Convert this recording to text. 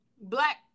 Black